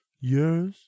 Yes